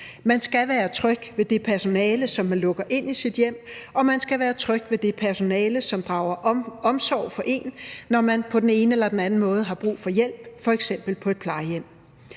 Man skal være tryg ved det personale, som man lukker ind i sit hjem, og man skal være tryg ved det personale, som drager omsorg for en, når man på den ene eller den anden måde har brug for hjælp, f.eks. på et plejehjem.